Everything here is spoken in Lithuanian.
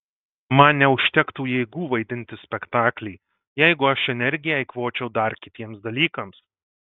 man neužtektų jėgų vaidinti spektaklį jeigu aš energiją eikvočiau dar kitiems dalykams